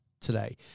today